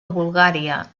bulgària